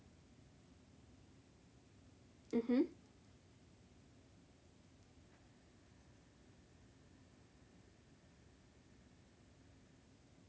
mmhmm